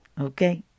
okay